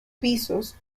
pisos